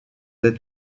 êtes